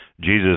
Jesus